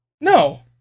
No